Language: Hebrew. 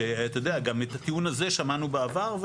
גם את הטיעון הזה שמענו בעבר.